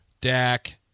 Dak